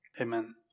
Amen